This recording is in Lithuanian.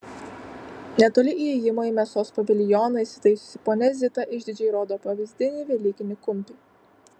netoli įėjimo į mėsos paviljoną įsitaisiusi ponia zita išdidžiai rodo pavyzdinį velykinį kumpį